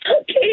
Okay